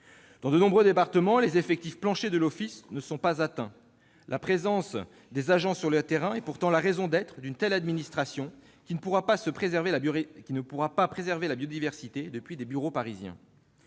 Dans de nombreux départements, les effectifs planchers de l'office ne sont pas atteints. La présence des agents sur le terrain est pourtant la raison d'être d'une telle administration, qui ne pourra pas préserver la biodiversité depuis des bureaux parisiens.